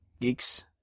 Geeks